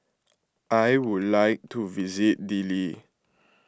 I would like to visit Dili